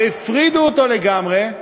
והפרידו אותו לגמרי,